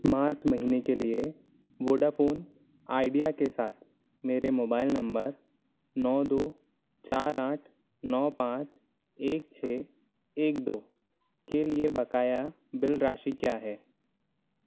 मार्च महीने के लिए वोडाफ़ोन आइडिया के साथ मेरे मोबाइल नम्बर नौ दो चार आठ नौ पाँच एक छः एक दो के लिए बकाया बिल राशि क्या है